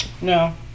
No